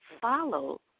follow